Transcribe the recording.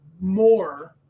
more